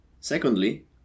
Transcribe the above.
Secondly